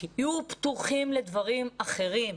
תהיו פתוחים לדברים אחרים,